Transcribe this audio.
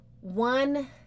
one